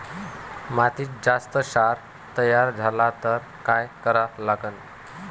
मातीत जास्त क्षार तयार झाला तर काय करा लागन?